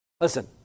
Listen